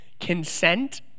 consent